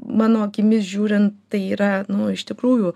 mano akimis žiūrint tai yra nu iš tikrųjų